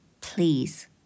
please